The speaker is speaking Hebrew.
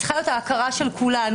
צריכה להיות ההכרה של כולנו,